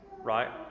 Right